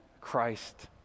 Christ